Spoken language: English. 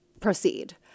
proceed